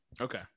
Okay